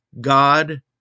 God